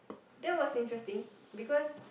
that was interesting because